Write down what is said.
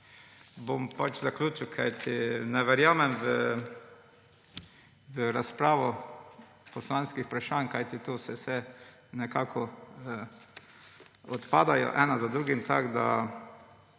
Bom pač zaključil, kajti ne verjamem v razpravo poslanskih vprašanj, kajti tu vse nekako odpadejo ena za drugo. Bom